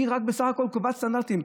היא בסך הכול קובעת סטנדרטים.